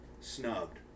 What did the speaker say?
snubbed